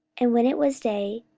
and when it was day,